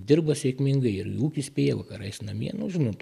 dirba sėkmingai ir į ūkį spėja vakarais namie nu žinot